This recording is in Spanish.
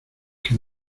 que